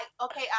okay